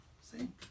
see